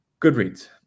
Goodreads